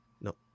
no